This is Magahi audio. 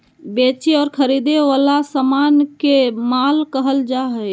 बेचे और खरीदे वला समान के माल कहल जा हइ